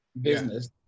business